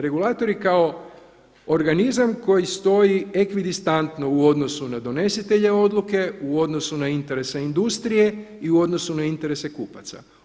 Regulatori kao organizam koji stoji ekvidistantno u odnosu na donositelje odluke, u odnosu na interese industrije i u odnosu na interese kupaca.